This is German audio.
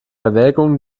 erwägungen